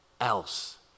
else